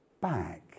back